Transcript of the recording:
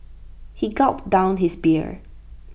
he gulped down his beer